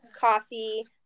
coffee